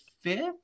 fifth